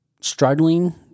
struggling